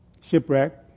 Shipwreck